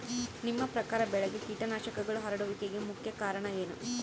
ನಿಮ್ಮ ಪ್ರಕಾರ ಬೆಳೆಗೆ ಕೇಟನಾಶಕಗಳು ಹರಡುವಿಕೆಗೆ ಮುಖ್ಯ ಕಾರಣ ಏನು?